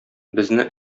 безне